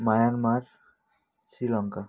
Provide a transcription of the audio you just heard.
Myanmar Sri Lanka